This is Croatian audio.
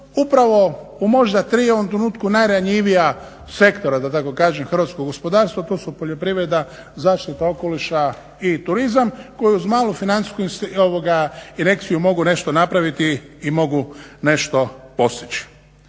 upravo u možda tri u ovom trenutku najranjivija sektora da tako kažem hrvatskog gospodarstva a to su poljoprivreda, zaštita okoliša i turizam koji uz malu financijsku injekciju mogu nešto napraviti i mogu nešto postići.